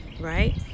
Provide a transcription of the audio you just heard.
right